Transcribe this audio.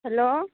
hello